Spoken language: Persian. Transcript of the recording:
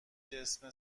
جسم